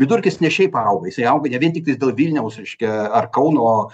vidurkis ne šiaip auga jisai auga ne vien tiktais dėl vilniaus reiškia ar kauno